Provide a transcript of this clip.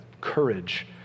courage